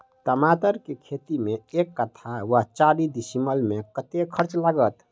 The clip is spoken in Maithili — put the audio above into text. टमाटर केँ खेती मे एक कट्ठा वा चारि डीसमील मे कतेक खर्च लागत?